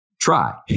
try